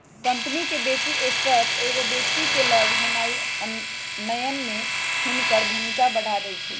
company के बेशी stock एगो व्यक्ति के लग होनाइ नयन में हुनकर भूमिका बढ़ा देइ छै